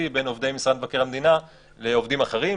בין עובדי משרד מבקר המדינה לעובדים אחרים,